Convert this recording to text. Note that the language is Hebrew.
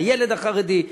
הילד החרדי,